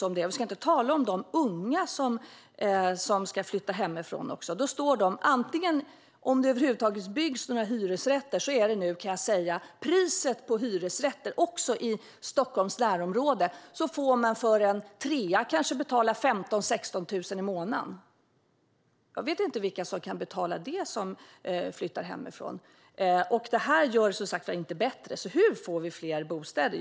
Och vi ska inte tala om de unga som ska flytta hemifrån! Om det över huvud taget byggs några hyresrätter får man i Stockholms närområde kanske betala 15 000-16 000 i månaden för en trea. Jag vet inte vilka som flyttar hemifrån som kan betala det. Det här gör det som sagt inte bättre. Hur får vi fler bostäder?